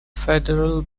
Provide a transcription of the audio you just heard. federal